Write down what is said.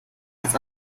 als